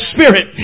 Spirit